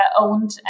owned